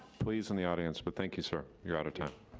please in the audience, but thank you, sir. you're out of time.